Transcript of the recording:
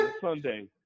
Sunday